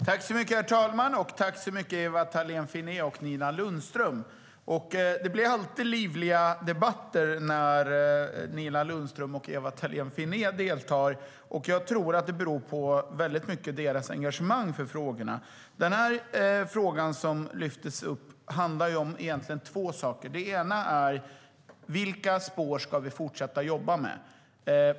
Herr talman! Tack så mycket, Ewa Thalén Finné och Nina Lundström! Det blir alltid livliga debatter när ni deltar, och jag tror att det väldigt mycket beror på ert engagemang i frågorna. Den fråga som lyftes upp handlar egentligen om två saker. Det ena är vilka spår vi ska fortsätta jobba med.